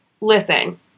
listen